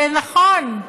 ונכון,